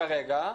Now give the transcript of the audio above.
כרגע.